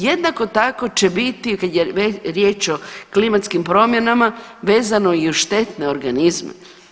Jednako tako će biti kad riječ o klimatskim promjenama vezano i uz štetne organizme.